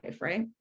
right